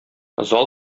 зал